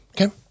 Okay